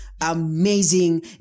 amazing